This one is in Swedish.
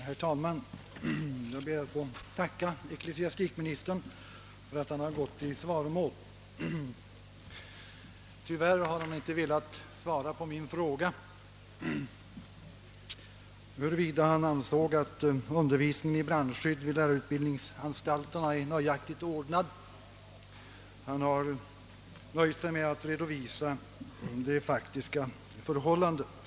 ' Herr talman! Jag ber att få tacka ecklesiastikministern för att han ingått i svaromål. Tyvärr har ecklesiastikminis tern inte velat svara på min fråga huruvida han anser att undervisningen i brandskydd är tillfredsställande ordnad vid våra lärarutbildningsanstalter, utan han har nöjt sig med att redovisa det faktiska förhållandet.